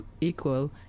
equal